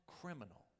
criminal